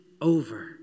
over